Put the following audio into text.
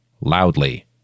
Loudly